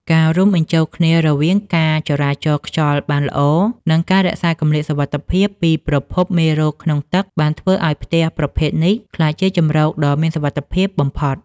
ការរួមបញ្ចូលគ្នារវាងការចរាចរខ្យល់បានល្អ និងការរក្សាគម្លាតសុវត្ថិភាពពីប្រភពមេរោគក្នុងទឹក បានធ្វើឱ្យផ្ទះប្រភេទនេះក្លាយជាជម្រកដ៏មានសុវត្ថិភាពបំផុត។